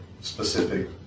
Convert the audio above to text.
specific